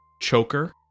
Choker